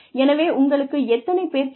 எனவே உங்களுக்கு எத்தனை பேர் தேவை